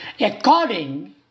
according